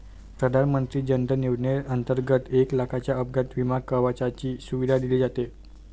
प्रधानमंत्री जन धन योजनेंतर्गत एक लाखाच्या अपघात विमा कवचाची सुविधा दिली जाते